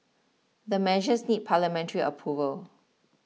the measures need parliamentary approval